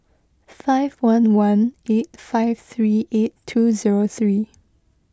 five one one eight five three eight two zero three